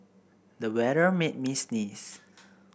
the weather made me sneeze